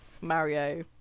Mario